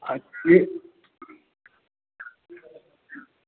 अच्छी